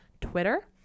twitter